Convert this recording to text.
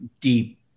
deep